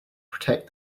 protect